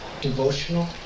devotional